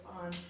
on